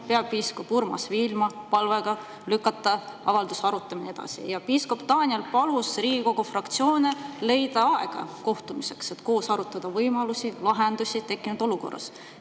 peapiiskop Urmas Viilma palvega lükata avalduse arutamine edasi. Piiskop Daniel palus Riigikogu fraktsioone leida aega kohtumiseks, et koos arutada võimalusi ja leida tekkinud olukorras